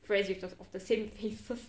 friends with the of the same faces